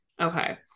okay